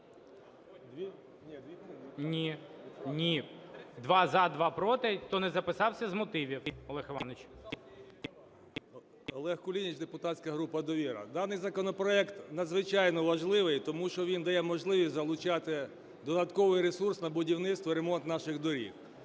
Олег Іванович. 17:06:56 КУЛІНІЧ О.І. Олег Кулініч, депутатська група "Довіра". Даний законопроект надзвичайно важливий, тому що він дає можливість залучати додатковий ресурс на будівництво, ремонт наших доріг.